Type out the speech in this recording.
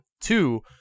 Two